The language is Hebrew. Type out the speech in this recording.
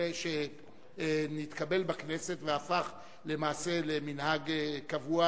שהתקבל בכנסת והפך למעשה למנהג קבוע,